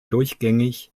durchgängig